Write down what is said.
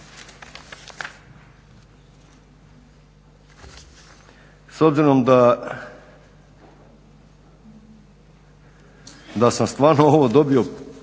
S obzirom da sam stvarno ovo dobio